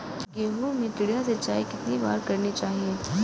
गेहूँ में चिड़िया सिंचाई कितनी बार करनी चाहिए?